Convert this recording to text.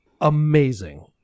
amazing